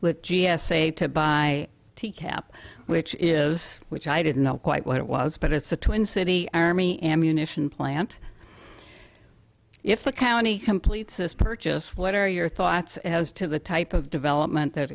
with g s a to buy t cap which is which i didn't know quite what it was but it's a twin city army ammunition plant if the county completes this purchase what are your thoughts as to the type of development that